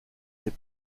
ses